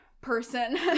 Person